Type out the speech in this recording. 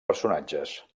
personatges